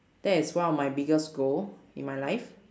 that is one of my biggest goal in my life